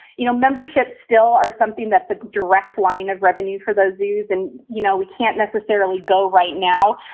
you know, memberships still are something that's a direct line of revenue for those zoos. and, you know, we can't necessarily go right now,